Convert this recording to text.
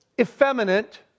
effeminate